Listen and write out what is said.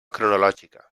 cronològica